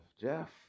Jeff